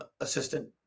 assistant